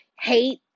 hate